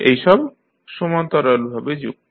এই সব সমান্তরালভাবে যুক্ত